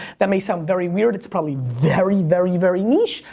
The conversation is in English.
that may sound very weird. it's probably very, very, very niche,